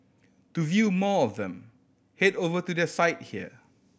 to view more of them head over to their site here